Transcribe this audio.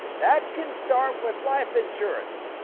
that can start with life insurance.